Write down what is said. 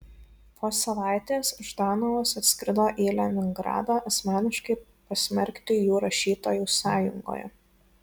po savaitės ždanovas atskrido į leningradą asmeniškai pasmerkti jų rašytojų sąjungoje